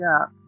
up